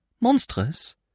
Monstrous